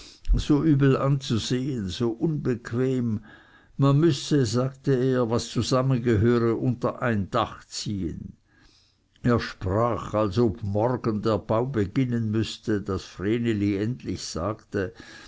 so übel anzusehen so unbequem man müsse sagte er was zusammengehöre unter ein dach ziehen er sprach als ob morgen der bau beginnen müßte daß vreneli endlich sagte